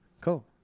Cool